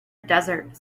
desert